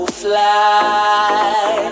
fly